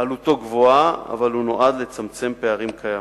עלותו גבוהה, אבל הוא נועד לצמצם פערים קיימים.